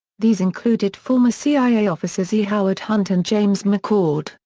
these included former cia officers e. howard hunt and james mccord,